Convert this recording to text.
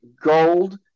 gold